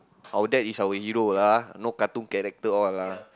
our dad is our hero lah no cartoon character all lah